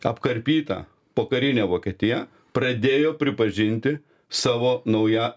apkarpyta pokarinė vokietija pradėjo pripažinti savo naują